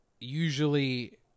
usually